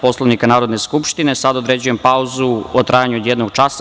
Poslovnika Narodne skupštine, sada određujem pauzu u trajanju od jednog časa.